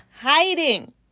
hiding